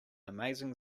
amazing